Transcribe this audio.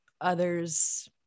others